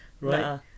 right